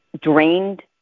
drained